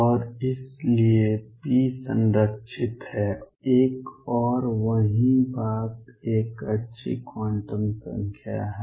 और इसलिए p संरक्षित है एक और वही बात एक अच्छी क्वांटम संख्या है